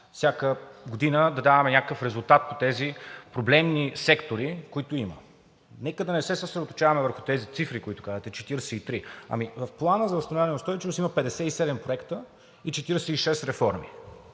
всяка година да даваме някакъв резултат по тези проблемни сектори, които имаме. Нека да не се съсредоточаваме върху тези цифри, за които казвате – 43. В Плана за възстановяване и устойчивост има 57 проекта и 46 реформи.